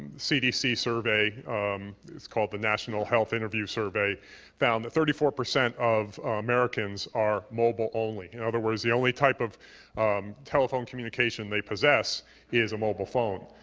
cdc survey it's called the national health interview survey found that thirty four percent of americans are mobile only in other words, the only type of telephone communication they possess is a mobile phone.